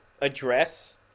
address